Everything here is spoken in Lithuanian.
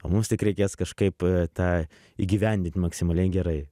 o mums tik reikės kažkaip tą įgyvendint maksimaliai gerai